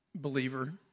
Believer